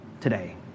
today